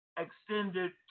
extended